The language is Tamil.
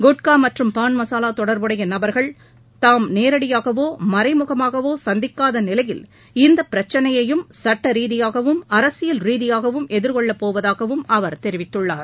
குட்கா மற்றும் பான் மசாலா தொடர்புடைய நபர்களை தாம் நேரடியாகவோ மறைமுகமாகவோ சந்திக்காத நிலையில் இந்தப் பிரச்னையையும் சட்ட ரீதியாகவும் அரசியல் ரீதியாகவும் எதிர்ஷெள்ளப் போவதாகவும் அவர் தெரிவித்துள்ளார்